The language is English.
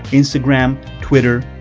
instagram, twitter,